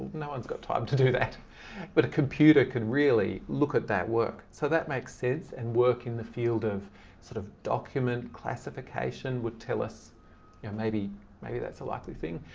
no one's got time to do that but a computer can really look at that work, so that makes sense and work in the field of sort of document classification would tell us maybe maybe that's a likely thing.